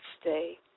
stay